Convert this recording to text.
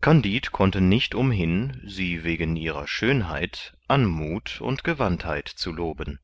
kandid konnte nicht umhin sie wegen ihrer schönheit anmuth und gewandtheit zu loben